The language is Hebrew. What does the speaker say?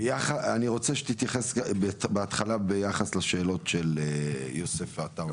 אני רוצה שתתייחס בהתחלה ביחס לשאלות של יוסף עטאונה.